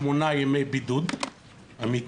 שמונה ימי בידוד אמיתיים,